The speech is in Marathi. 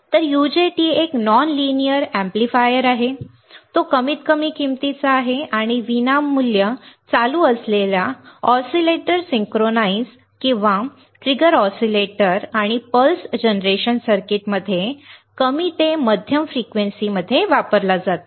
तर यूजेटी एक नॉन लिनियर एम्पलीफायर आहे तो कमी किमतीचा आहे आणि विनामूल्य चालू असलेल्या ऑसिलेटर सिंक्रोनाइझ किंवा ट्रिगर ऑसिलेटर आणि पल्स जनरेशन सर्किटमध्ये कमी ते मध्यम फ्रिक्वेन्सीमध्ये वापरला जातो